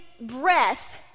breath